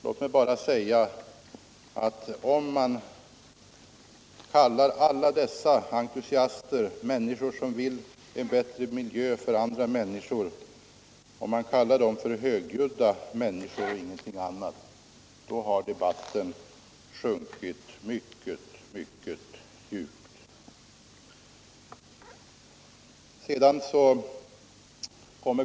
Låt mig bara säga att om man kallar alla dessa entusiastiska människor, som vill skapa en bättre miljö åt andra, för högljudda människor och ingenting annat, då har debatten sjunkit mycket, mycket djupt.